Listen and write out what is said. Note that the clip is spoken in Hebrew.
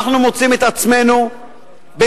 שאנחנו מוצאים את עצמנו בנרדפוּת,